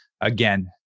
again